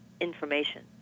information